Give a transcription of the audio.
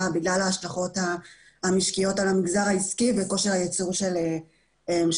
בגלל ההשלכות המשקיות על המגזר העסקי וכושר הייצור של המדינה.